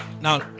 Now